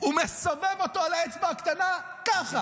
הוא מסובב אותו על האצבע הקטנה ככה,